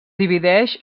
divideix